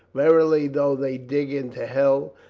verily, though they dig into hell,